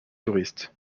touristes